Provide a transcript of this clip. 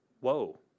Whoa